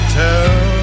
tell